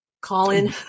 Colin